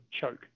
choke